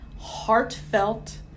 heartfelt